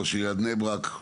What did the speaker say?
ראש עיריית בני ברק.